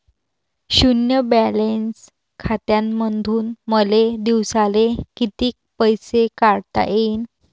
शुन्य बॅलन्स खात्यामंधून मले दिवसाले कितीक पैसे काढता येईन?